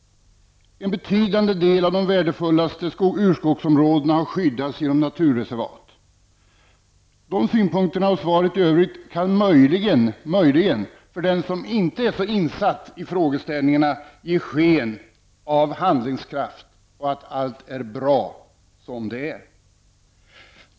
En betydande del av de värdefullaste urskogsområdena har skyddats genom naturreservat.'' De synpunkterna och svaret i övrigt kan möjligen, för den som inte är så insatt i frågeställningarna, ge sken av handlingskraft -- och att allt är bra som det är.